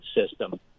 system